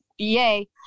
Yay